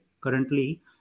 currently